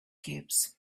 cubes